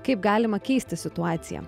kaip galima keisti situaciją